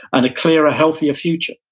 and a clearer, ah healthier future.